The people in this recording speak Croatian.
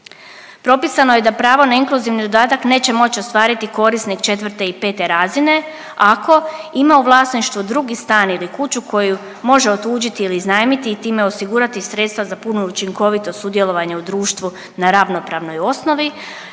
Propisano je da pravo na inkluzivni dodatak neće moći ostvariti korisnik 4. i 5. razine ako ima u vlasništvu drugi stan ili kuću koju može otuđiti ili iznajmiti i time osigurati sredstva za puno i učinkovito sudjelovanje u društvu na ravnopravnoj osnovi